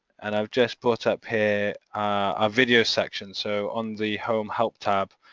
and i've just brought up here a video section so on the home help tab,